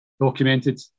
documented